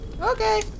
Okay